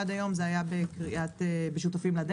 עד היום זה היה בשותפים לדרך.